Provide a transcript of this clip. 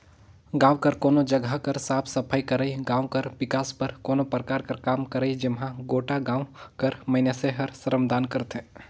गाँव कर कोनो जगहा कर साफ सफई करई, गाँव कर बिकास बर कोनो परकार कर काम करई जेम्हां गोटा गाँव कर मइनसे हर श्रमदान करथे